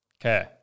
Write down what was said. Okay